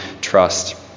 trust